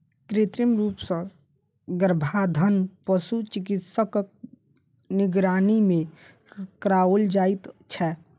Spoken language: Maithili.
कृत्रिम रूप सॅ गर्भाधान पशु चिकित्सकक निगरानी मे कराओल जाइत छै